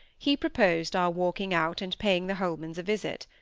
he proposed our walking out and paying the holmans a visit.